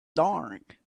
dark